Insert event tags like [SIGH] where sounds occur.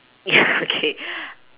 ya [LAUGHS] okay [BREATH]